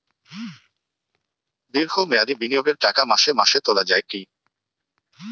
দীর্ঘ মেয়াদি বিনিয়োগের টাকা মাসে মাসে তোলা যায় কি?